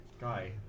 Guy